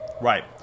right